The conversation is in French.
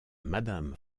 madame